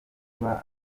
kuba